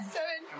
Seven